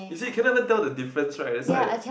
is it can not even tell the difference right that's why